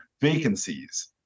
vacancies